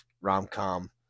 rom-com